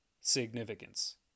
significance